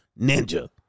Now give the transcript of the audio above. ninja